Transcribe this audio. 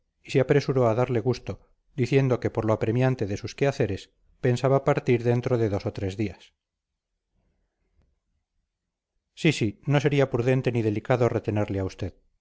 y se apresuró a darle gusto diciendo que por lo apremiante de sus quehaceres pensaba partir dentro de dos o tres días sí sí no sería prudente ni delicado retenerle a usted